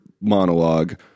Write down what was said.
monologue